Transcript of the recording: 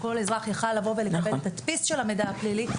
שכל אזרח היה יכול לבוא ולקבל תדפיס של המידע הפלילי.